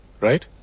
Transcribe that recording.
right